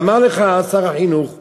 ואמר לך שר החינוך במפורש,